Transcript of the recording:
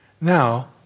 Now